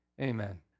Amen